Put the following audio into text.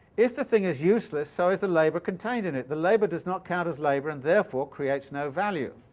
if the thing is useless, so is the labour contained in it the labour does not count as labour, and therefore creates no value.